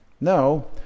No